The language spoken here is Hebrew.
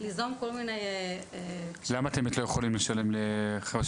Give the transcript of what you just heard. ליזום כל מיני- למה באמת אתם לא יכולים לשלם ל-?